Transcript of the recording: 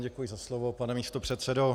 Děkuji za slovo, pane místopředsedo.